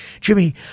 Jimmy